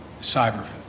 Cyber